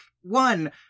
one